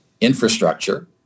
infrastructure